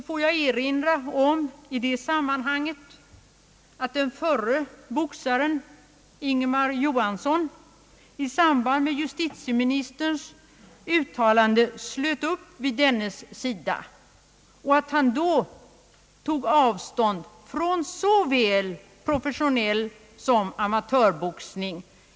Får jag i det sammanhanget erinra om att den förre boxaren Ingemar Johansson i samband med justitieministerns uttalande slöt upp vid dennes sida och att han då tog avstånd från såväl professionell som amatörboxning.